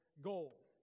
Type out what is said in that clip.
goal